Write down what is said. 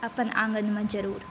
अपन आङ्गनमे जरूर